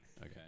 Okay